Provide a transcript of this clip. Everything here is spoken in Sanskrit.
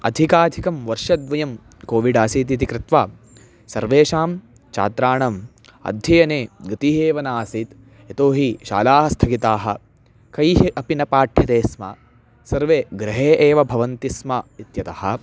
अधिकाधिकं वर्षद्वयं कोविड् आसीत् इति कृत्वा सर्वेषां छात्राणाम् अध्ययने गतिः एव नासीत् यतोहि शालाः स्थगिताः कैः अपि न पाठ्यते स्म सर्वे गृहे एव भवन्ति स्म इत्यतः